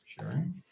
sharing